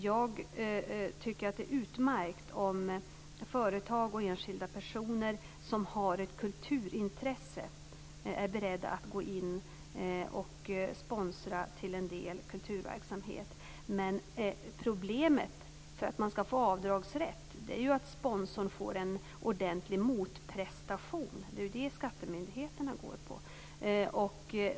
Jag tycker att det är utmärkt om företag och enskilda personer som har ett kulturintresse är beredda att gå in och sponsra kulturverksamhet till en del. Men villkoret för att man skall få avdragsrätt är ju att sponsorn får en ordentlig motprestation - det är det som skattemyndigheterna går efter.